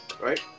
right